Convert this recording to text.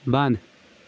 بنٛد